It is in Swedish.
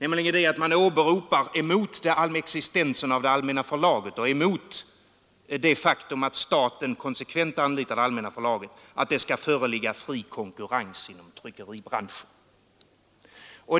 Man åberopar mot existensen av Allmänna förlaget och mot det faktum att staten konsekvent anlitar Allmänna förlaget att det skall föreligga fri konkurrens inom tryckeribranschen.